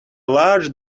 large